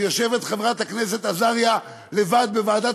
כשיושבת חברת הכנסת עזריה לבד בוועדת